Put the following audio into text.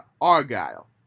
Argyle